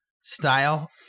style